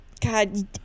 God